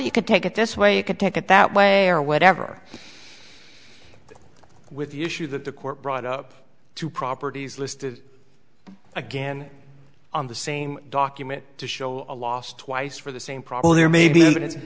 you could take it this way you could take it that way or whatever with the issue that the court brought up two properties listed again on the same document to show a loss twice for the same problem there may be